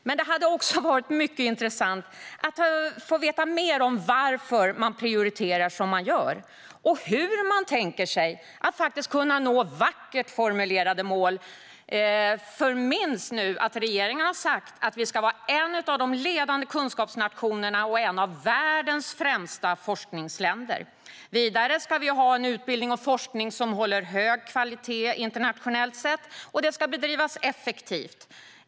Men det hade också varit mycket intressant att få veta mer om varför man prioriterar som man gör och hur man tänker sig att nå de vackert formulerade målen. Vi ska nämligen minnas att regeringen har sagt att vi ska vara en av de ledande kunskapsnationerna och ett av världens främsta forskningsländer. Vidare ska vi ha en utbildning och forskning som håller hög kvalitet internationellt sett och som bedrivs effektivt.